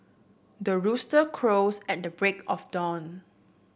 the rooster crows at the break of dawn